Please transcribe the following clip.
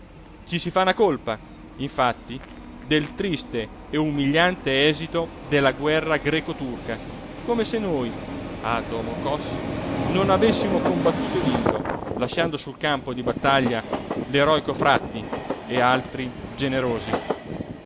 ci si fa una colpa infatti del triste e umiliante esito della guerra greco-turca come se noi a domokòs non avessimo combattuto e vinto lasciando sul campo di battaglia l'eroico fratti e altri generosi